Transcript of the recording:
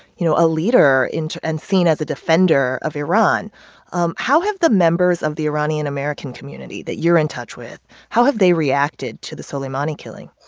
you know, a leader in and seen as a defender of iran um how have the members of the iranian american community that you're in touch with how have they reacted to the soleimani killing?